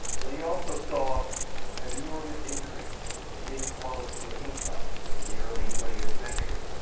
but he also saw an enormous increase in the inequality of income in the early twentieth century,